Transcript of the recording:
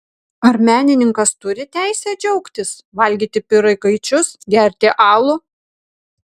ar menininkas turi teisę džiaugtis valgyti pyragaičius gerti alų